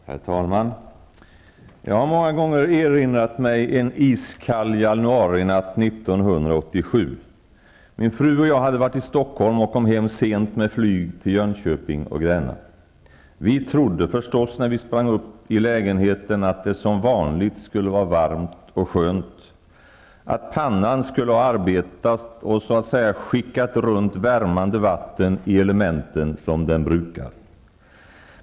Herr talman! Jag har många gånger erinrat mig en iskall januarinatt 1987. Min fru och jag hade varit i Jönköping och Gränna. Vi trodde förstås när vi sprang upp till lägenheten att det som vanligt skulle vara varmt och skönt, att pannan skulle ha arbetat och så att säga skickat runt värmande vatten i elementen som den brukar.